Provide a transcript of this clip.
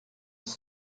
eus